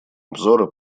обзора